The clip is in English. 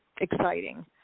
exciting